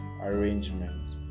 arrangement